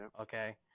Okay